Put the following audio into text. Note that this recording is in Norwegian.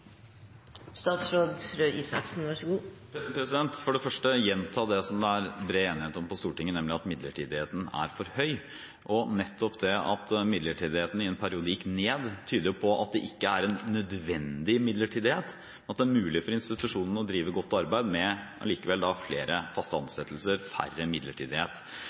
statsråd Røe Isaksen har midlertidigheten økt i sektoren. Hva har han tenkt å gjøre med det? Jeg vil for det første gjenta det som det er bred enighet om på Stortinget, nemlig at midlertidigheten er for høy. Nettopp det at midlertidigheten i en periode gikk ned, tyder på at det ikke er en nødvendig midlertidighet, at det er mulig for institusjonene å drive godt arbeid likevel med flere faste ansettelser, færre